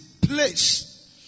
place